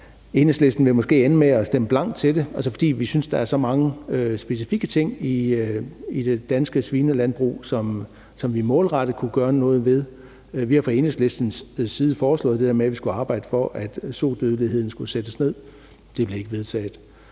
Enhedslisten vil måske ende med at stemme blankt til det, fordi vi synes, der er så mange specifikke ting i det danske svinelandbrug, som vi målrettet kunne gøre noget ved. Vi har fra Enhedslistens side foreslået det der med, at vi skulle arbejde for, at sodødeligheden skulle bringes ned. Det blev ikke vedtaget.